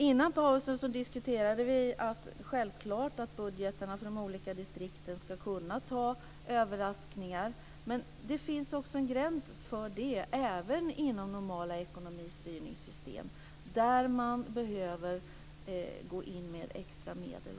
Innan pausen diskuterade vi att budgetarna inom polisdistrikten ska kunna hantera överraskningar. Men det finns också en gräns för extra medel - även inom normala ekonomistyrningssystem.